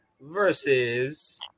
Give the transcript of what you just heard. versus